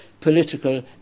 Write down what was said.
political